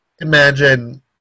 imagine